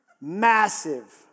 Massive